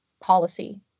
policy